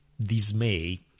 dismay